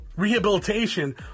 rehabilitation